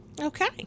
Okay